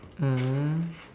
mm